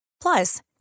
Plus